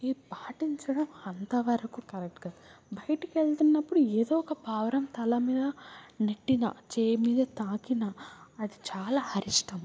ఈ పాటించడం అంతవరకు కరెక్ట్గా బయటకు వెళ్తున్నప్పుడు ఏదో ఒక పావురం తలమీద నెట్టిన చెయ్యి మీద తాకిన అది చాలా అరిష్టం